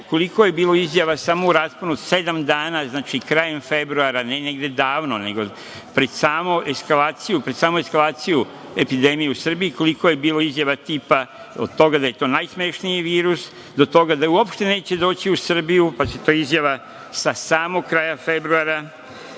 koliko je bilo izjava samo u rasponu sedam dana, znači krajem februara i negde davno, negde pred samu eskalaciju epidemije u Srbiji, koliko je bilo izjava tipa od toga da je to najsmešniji virus do toga da uopšte neće doći u Srbiju pa će ta izjava sa samog kraja februara,